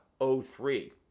03